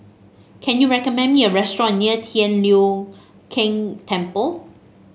can you recommend me a restaurant near Tian Leong Keng Temple